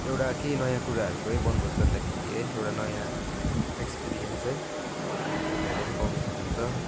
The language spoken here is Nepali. एउटा केही नयाँ कुराहरूको वनभोज गर्दाखेरि है एउटा नयाँ एक्सपिरियन्स है तपाईँहरूले पनि पाउनु सक्नुहुन्छ